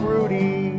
Rudy